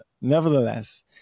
nevertheless